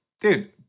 dude